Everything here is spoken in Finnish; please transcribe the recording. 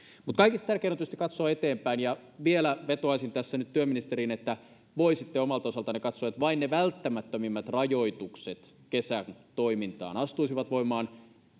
mutta kaikista tärkeintä on tietysti katsoa eteenpäin ja vielä vetoaisin tässä työministeriin että voisitte omalta osaltanne katsoa että vain ne välttämättömimmät rajoitukset kesän toimintaan astuisivat voimaan